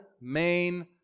main